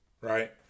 right